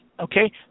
Okay